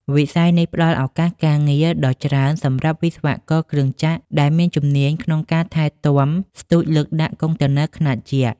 វិស័យនេះផ្តល់ឱកាសការងារដ៏ច្រើនសម្រាប់វិស្វករគ្រឿងចក្រ ដែលមានជំនាញក្នុងការថែទាំស្ទូចលើកដាក់កុងតឺន័រខ្នាតយក្ស។